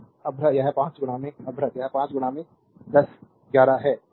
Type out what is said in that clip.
और अभ्रक यह 5 1011 है